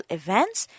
events